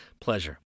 pleasure